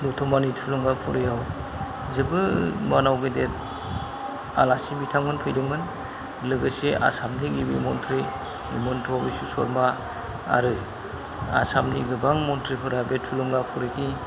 दतमानि थुलुंगाफुरियाव जोबोर मानाव गेदेर आलासि बिथांमोन फैदोंमोन लोगोसे आसामनि गाहाय मन्थ्रि हेमन्त बिस्व शर्मा आरो आसामनि गोबां मन्थ्रिफोरा बे थुलुंगाफुरिनि